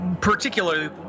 particularly